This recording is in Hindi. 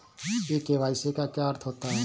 ई के.वाई.सी का क्या अर्थ होता है?